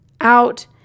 out